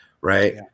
right